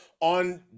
on